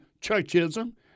churchism